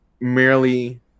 merely